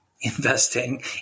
investing